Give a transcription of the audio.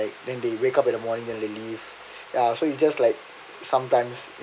and then they wake up in the morning and then they leave ya so you just like sometime